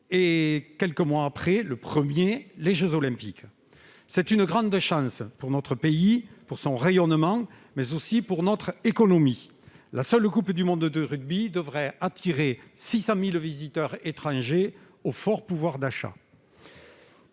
de ces événements sportifs, les jeux Olympiques, les JO. C'est une grande chance pour notre pays, pour son rayonnement, mais aussi pour son économie. La seule Coupe du monde de rugby devrait attirer 600 000 visiteurs étrangers, au fort pouvoir d'achat.